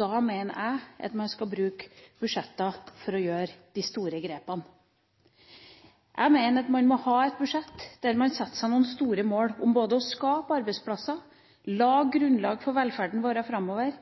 Da mener jeg at man skal bruke budsjettene til å gjøre de store grepene. Jeg mener at man må ha et budsjett der man setter seg noen store mål om både å skape arbeidsplasser, legge grunnlag for velferden vår framover,